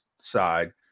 side